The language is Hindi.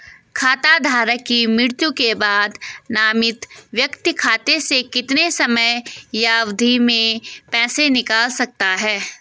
खाता धारक की मृत्यु के बाद नामित व्यक्ति खाते से कितने समयावधि में पैसे निकाल सकता है?